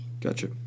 Gotcha